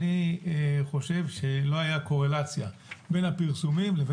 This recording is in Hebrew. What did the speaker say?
אני חושב שלא הייתה קורלציה בין הפרסומים לבין